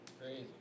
Crazy